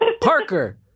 Parker